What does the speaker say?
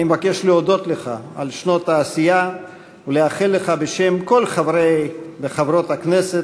אני מבקש להודות לך על שנות העשייה ולאחל לך בשם כל חברי וחברות הכנסת,